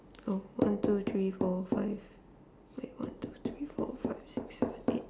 oh one two three four five wait one two three four five six seven eight